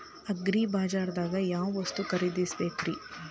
ಅಗ್ರಿಬಜಾರ್ದಾಗ್ ಯಾವ ವಸ್ತು ಖರೇದಿಸಬೇಕ್ರಿ?